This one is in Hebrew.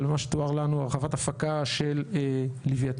אבל ממה שתואר לנו הרחבת הפקה של לווייתן